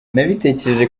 nabitekereje